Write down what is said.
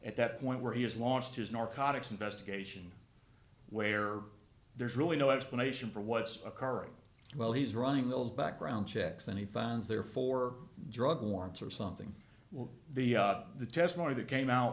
at that point where he has launched his narcotics investigation where there's really no explanation for what's occurring well he's running the background checks and he finds therefore drug warrants or something will be the testimony that came out